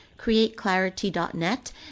createclarity.net